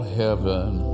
heaven